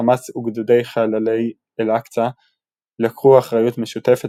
חמאס וגדודי חללי אל-אקצא לקחו אחריות משותפת